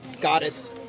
goddess